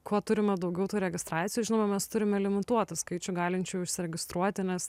kuo turime daugiau tų registracijų žinoma mes turime limituotą skaičių galinčių užsiregistruoti nes